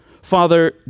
Father